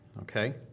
okay